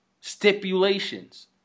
stipulations